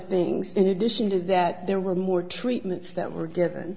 things in addition to that there were more treatments that were given